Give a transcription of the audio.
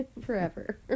forever